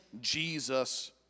Jesus